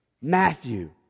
Matthew